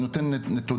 אני נותן נתונים,